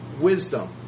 wisdom